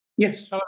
Yes